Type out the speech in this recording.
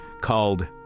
Called